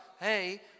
hey